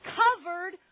covered